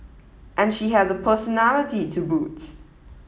and she has a personality to boot